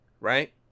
right